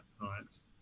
science